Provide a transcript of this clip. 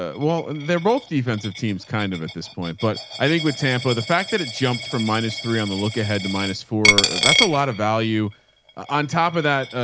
ah well, they're both defensive teams kind of at this point, but i think with tampa, the fact that it jumped from minus three on the look ahead to minus four, that's a lot of value on top of that.